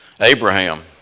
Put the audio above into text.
Abraham